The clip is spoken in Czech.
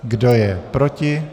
Kdo je proti?